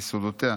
יסודותיה,